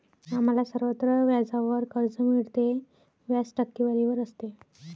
आम्हाला सर्वत्र व्याजावर कर्ज मिळते, व्याज टक्केवारीवर असते